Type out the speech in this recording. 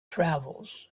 travels